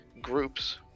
groups